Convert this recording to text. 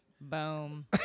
Boom